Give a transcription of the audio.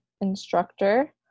instructor